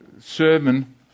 sermon